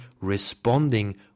responding